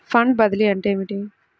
Fund బదిలీ అంటే ఏమిటి?